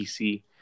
PC